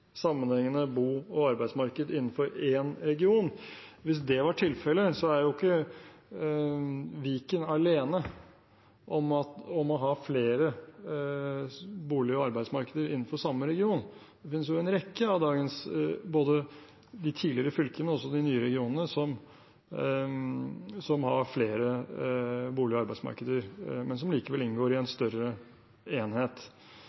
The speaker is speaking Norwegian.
sammenhengende bo- og arbeidsmarked innenfor én region. Hvis det var tilfellet, er ikke Viken alene om å ha flere bolig- og arbeidsmarkeder innenfor samme region. Det finnes en rekke av både de tidligere fylkene og også de nye regionene som har flere bolig- og arbeidsmarkeder, men som likevel inngår i en større enhet.